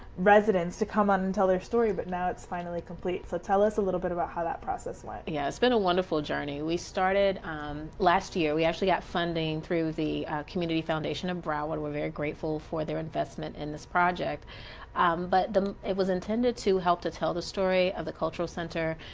residents to come on and tell their story but now it's finally complete. so tell us a little bit about how that process went. yeah, it's been a wonderful journey. we started um last year. we actually got funding through the community foundation of broward. we are very grateful for their investment in this project um but it was intended to help to tell the story of the cultural center,